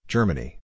Germany